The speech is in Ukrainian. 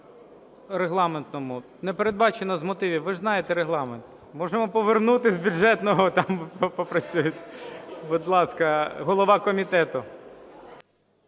Не передбачено з мотивів, ви ж знаєте Регламент. Можемо повернути з бюджетного, там попрацюєте. Будь ласка, голова комітету.